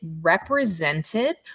represented